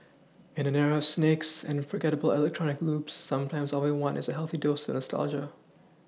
in an era snakes and forgettable electronic loops sometimes all we want is a healthy dose of nostalgia